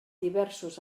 diversos